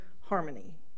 harmony